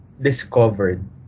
discovered